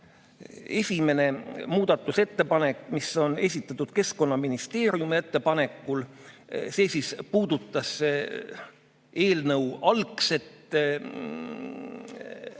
Esimene muudatusettepanek on esitatud Keskkonnaministeeriumi ettepanekul. See puudutas eelnõu algset mõtet